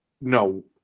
no